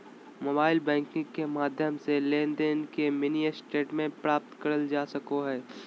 mobile banking के माध्यम से लेनदेन के मिनी स्टेटमेंट प्राप्त करल जा सको हय